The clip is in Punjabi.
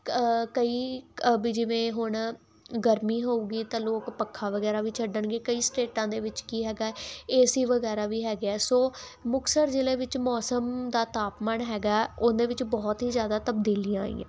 ਕਈ ਵੀ ਜਿਵੇਂ ਹੁਣ ਗਰਮੀ ਹੋਊਗੀ ਤਾਂ ਲੋਕ ਪੱਖਾ ਵਗੈਰਾ ਵੀ ਛੱਡਣਗੇ ਕਈ ਸਟੇਟਾਂ ਦੇ ਵਿੱਚ ਕੀ ਹੈਗਾ ਏ ਸੀ ਵਗੈਰਾ ਵੀ ਹੈਗੇ ਆ ਸੋ ਮੁਕਤਸਰ ਜ਼ਿਲ੍ਹੇ ਵਿੱਚ ਮੌਸਮ ਦਾ ਤਾਪਮਾਨ ਹੈਗਾ ਉਹਦੇ ਵਿੱਚ ਬਹੁਤ ਹੀ ਜ਼ਿਆਦਾ ਤਬਦੀਲੀਆਂ ਆਈਆਂ